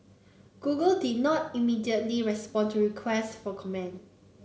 Google did not immediately respond to requests for comment